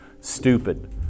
stupid